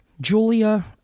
Julia